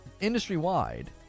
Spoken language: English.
Industry-wide